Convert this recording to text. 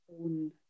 own